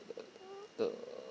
the the